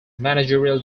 managerial